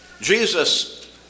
Jesus